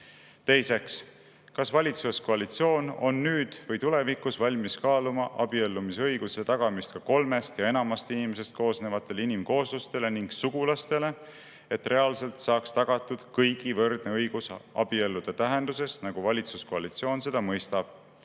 Teiseks, kas valitsuskoalitsioon on nüüd või tulevikus valmis kaaluma abiellumise õiguse tagamist ka kolmest ja enamast inimesest koosnevatele inimkooslustele ning sugulastele, et reaalselt saaks tagatud kõigi võrdne õigus abielluda tähenduses, nagu valitsuskoalitsioon seda mõistab?